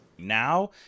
now